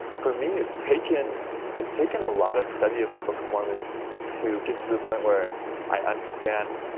for me it's taken it's taken a lot of study of the book of mormon to get to the point where i understand